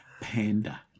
Panda